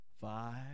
five